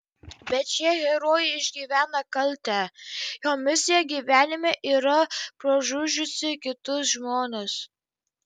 bet šie herojai išgyvena kaltę jo misija gyvenime yra pražudžiusi kitus žmones